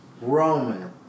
Roman